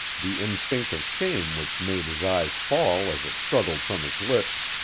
the instinct of shame which made his eyes fall as it struggled from his lips,